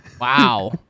Wow